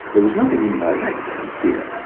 there was nothing indirect here.